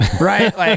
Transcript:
right